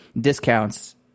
discounts